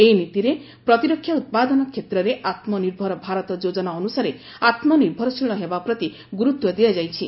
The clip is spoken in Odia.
ଏହି ନୀତିରେ ପ୍ରତିରକ୍ଷା ଉତ୍ପାଦନ କ୍ଷେତ୍ରରେ ଆମ୍ବନିର୍ଭର ଭାରତ ଯୋଜନା ଅନ୍ତସାରେ ଆମ୍ବନିର୍ଭରଶୀଳ ହେବା ପ୍ରତି ଗୁରୁତ୍ୱ ଦିଆଯାଇଛି